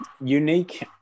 Unique